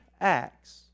acts